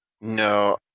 No